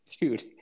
Dude